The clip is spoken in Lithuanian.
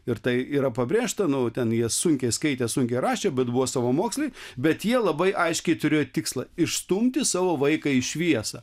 ir tai yra pabrėžta nu ten jie sunkiai skaitė sunkiai rašė bet buvo savamoksliai bet jie labai aiškiai turėjo tikslą išstumti savo vaiką į šviesą